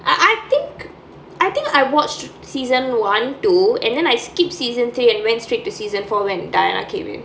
I I think I think I watched season one two and then I skipped season three and went straight to season four when diana came in